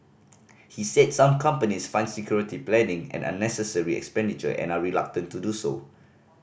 he said some companies find security planning an unnecessary expenditure and are reluctant to do so